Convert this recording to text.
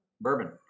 Bourbon